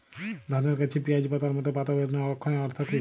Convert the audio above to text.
ধানের গাছে পিয়াজ পাতার মতো পাতা বেরোনোর লক্ষণের অর্থ কী?